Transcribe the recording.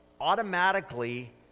automatically